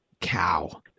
cow